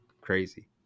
crazy